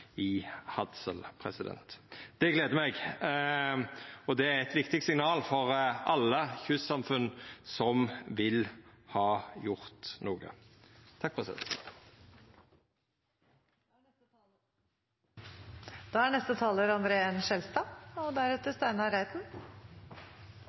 i Hadsel. Det gleder meg, og det er eit viktig signal for alle kystsamfunn som vil ha gjort noko.